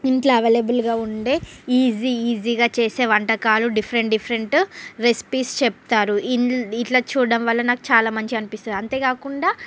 ఇంట్లో అవైలబుల్గా ఉండే ఈజీ ఈజీగా చేసే వంటకాలు డిఫరెంట్ డిఫరెంట్ రెసిపీస్ చెప్తారు ఇల్ ఇట్లా చూడడం వల్ల నాకు చాలా మంచిగా అనిపిస్తుంది అంతేకాకుండా